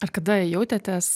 ar kada jautėtės